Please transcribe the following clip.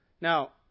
Now